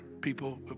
People